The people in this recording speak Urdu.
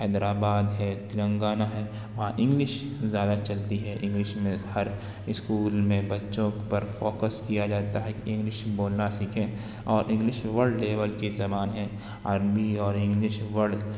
حیدرآباد ہے تلنگانہ ہے وہاں انگلش زیادہ چلتی ہے انگلش میں ہر اسکول میں بچوں پر فوکس کیا جاتا ہے کہ انگلش بولنا سیکھیں اور انگلش ورلڈ لیبل کی زبان ہے عربی اور انگلش ورلڈ